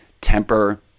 temper